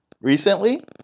Recently